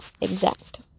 exact